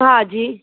हा जी